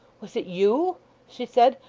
was it you she said,